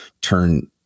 turn